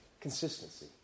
Consistency